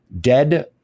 dead